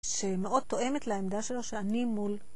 שמאוד תואמת לעמדה שלו, שאני מול...